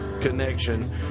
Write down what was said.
connection